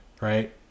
Right